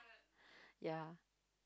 ya